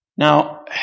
Now